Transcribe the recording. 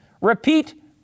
repeat